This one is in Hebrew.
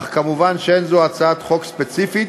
אך מובן שאין זו הצעת חוק ספציפית